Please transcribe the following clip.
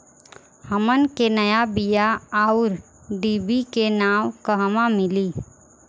हमन के नया बीया आउरडिभी के नाव कहवा मीली?